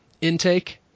intake